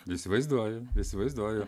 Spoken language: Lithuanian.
įsivaizduoju įsivaizduoju